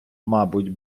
мабуть